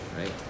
right